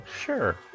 Sure